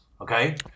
okay